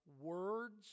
words